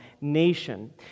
nation